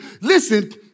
Listen